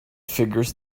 figures